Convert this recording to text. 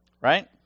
right